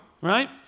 Right